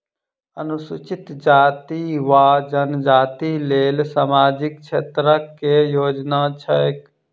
अनुसूचित जाति वा जनजाति लेल सामाजिक क्षेत्रक केँ योजना छैक?